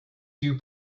dew